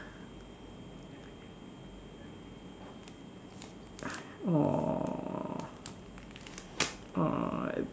!aww!